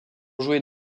jouer